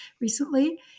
recently